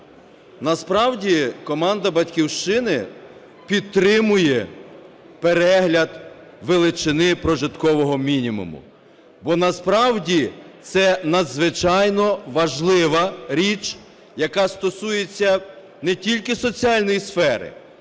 Насправді команда "Батьківщина" підтримує перегляд величини прожиткового мінімуму. Бо насправді це надзвичайно важлива річ, яка стосується не тільки соціальної сфери,